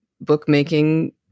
bookmaking